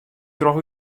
troch